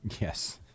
Yes